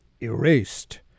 erased